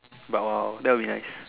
but !wow! that will be nice